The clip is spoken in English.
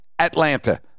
Atlanta